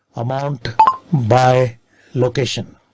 amount by location.